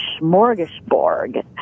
smorgasbord